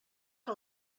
que